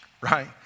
right